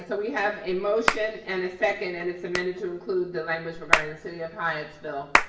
so we have a motion and a second, and it's amended to include the language regarding the city of hyattsville.